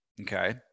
Okay